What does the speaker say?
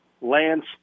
Lance